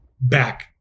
back